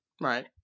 Right